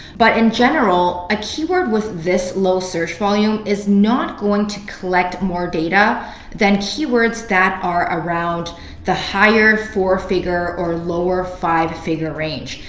but in general, a keyword with this low search volume is not going to collect more data than keywords that are around the higher four figure or lower five figure range.